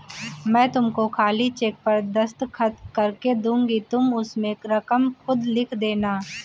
मैं तुमको खाली चेक पर दस्तखत करके दूँगी तुम उसमें रकम खुद लिख लेना